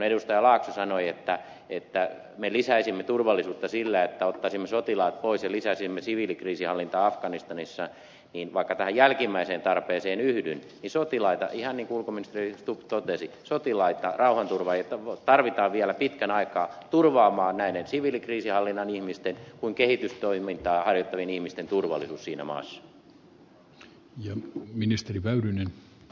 laakso sanoi että me lisäisimme turvallisuutta sillä että ottaisimme sotilaat pois ja lisäisimme siviilikriisinhallintaa afganistanissa mutta vaikka tähän jälkimmäiseen tarpeeseen yhdyn niin sotilaita ihan niin kuin ulkoministeri stubb totesi sotilaita rauhanturvaajia tarvitaan vielä pitkän aikaa turvaamaan siviilikriisinhallinnan ihmisten samoin kuin kehitystoimintaa harjoittavien ihmisten turvallisuus siinä maassa